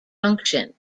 junction